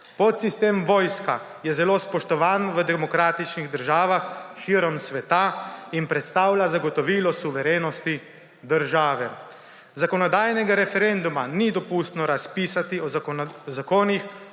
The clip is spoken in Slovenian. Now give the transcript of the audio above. Podsistem vojska je zelo spoštovan v demokratičnih državah širom sveta in predstavlja zagotovilo suverenosti države. Zakonodajnega referenduma ni dopustno razpisati o zakonih